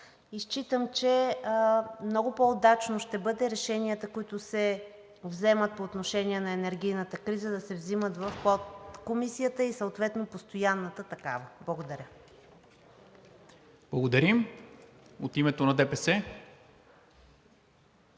Считам, че много по-удачно ще бъде решенията, които се вземат по отношение на енергийната криза, да се вземат в подкомисията и съответно постоянната такава. Благодаря. ПРЕДСЕДАТЕЛ НИКОЛА МИНЧЕВ: